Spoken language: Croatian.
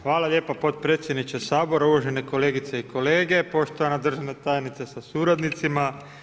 Hvala lijepa potpredsjedniče Sabora, uvaženi kolegice i kolege, poštovana državna tajnice sa suradnicima.